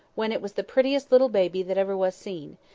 when it was the prettiest little baby that ever was seen.